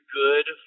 good